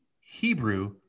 Hebrew